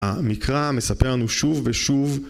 המקרא מספר לנו שוב ושוב